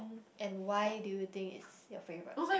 and why do you think it's your favourite